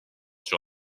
sur